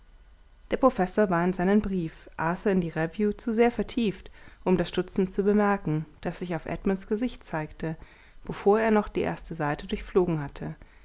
der professor war in seinen brief arthur in die revue zu sehr vertieft um das stutzen zu bemerken das sich auf edmunds gesicht zeigte bevor er noch die erste seite durchflogen hatte